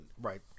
right